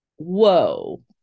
whoa